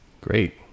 Great